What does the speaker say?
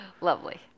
lovely